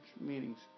meetings